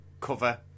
cover